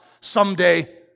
someday